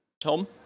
tom